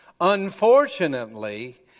Unfortunately